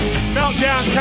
Meltdown